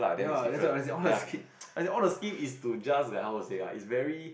ya that's why I always say all the scheme all the scheme is to just like how to say ah is very